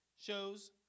shows